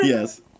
Yes